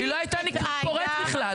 היא לא הייתה קורית בכלל.